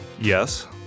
Yes